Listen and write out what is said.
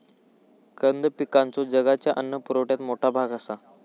कंद पिकांचो जगाच्या अन्न पुरवठ्यात मोठा भाग आसा